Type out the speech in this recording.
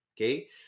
okay